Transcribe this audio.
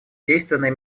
действенной